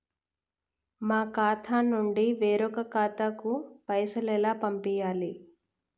మా ఖాతా నుండి వేరొక ఖాతాకు పైసలు ఎలా పంపియ్యాలి?